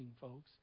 folks